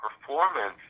Performance